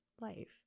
life